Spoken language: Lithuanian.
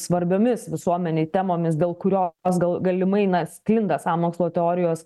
svarbiomis visuomenei temomis dėl kurios gal galimai na sklinda sąmokslo teorijos